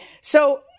So-